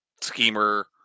schemer